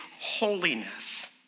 holiness